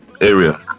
area